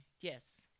yes